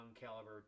caliber